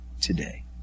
today